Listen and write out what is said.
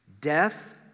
Death